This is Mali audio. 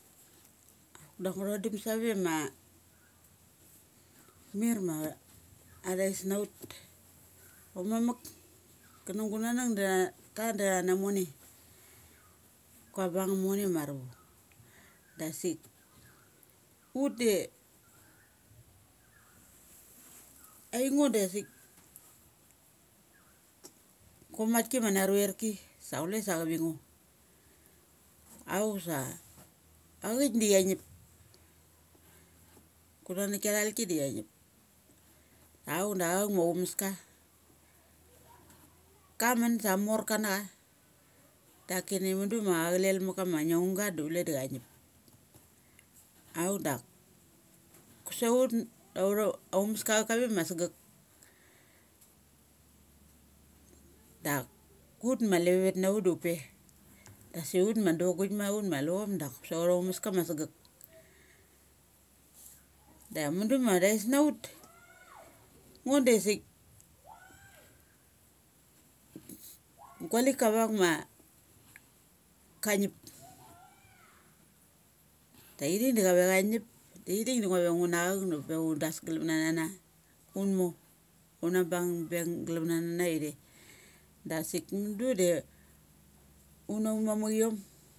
Da ngu thodum save ma, mir ma athais na ut. Aum muk kana gunanek da ta da tha na mone gua bungum mone ma maramabu. Dasik ut de ai ngo da sik gua mat ki ma namverki sa chule sa chavu ngo. Auk sa aik chiangip. Gunanuk kia talki da chiangip. Auk da auk ma aumaska. Ka mun sa amor kana ana daki ni ma cha chalel ma ka ma ngioung gada chule da changip. Auk dak kusek ut autha aumeska chave ma sagek. Dak ut ma alava vet naut da ut pe da si ut ma duognik na uth ma luchop dok kusek autha au meska ma sa gek. Da am mudu ma angngu tes na ut. Ngoda sik gua lika vak ma kangip. Talthik da chare cha ngip, da i thik da ngua ve ngu na achauk ma upe un das glum na na nana. Un mor una bung bem glum na na na ithe. Da sik mudu de unaumamekiom.